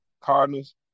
Cardinals